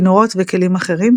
כינורות וכלים אחרים,